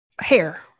hair